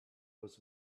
was